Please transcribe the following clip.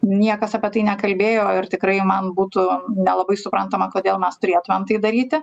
niekas apie tai nekalbėjo ir tikrai man būtų nelabai suprantama kodėl mes turėtumėm tai daryti